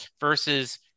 versus